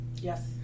Yes